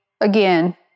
again